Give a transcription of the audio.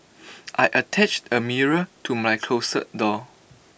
I attached A mirror to my closet door